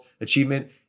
achievement